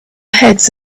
heads